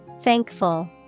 Thankful